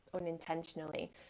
unintentionally